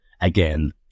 again